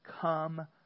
come